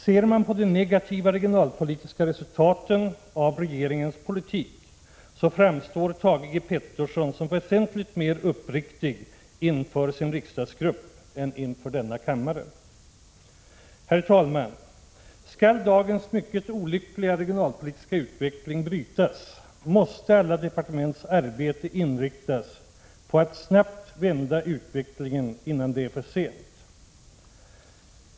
Ser man på de negativa regionalpolitiska resultaten av regeringens politik, framstår Thage G. Peterson som väsentligt mer uppriktig inför sin riksdagsgrupp än inför denna kammare. Herr talman! Skall dagens mycket olyckliga regionalpolitiska utveckling brytas, måste alla departements arbete inriktas på att snabbt vända utvecklingen, innan det är för sent.